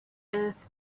earth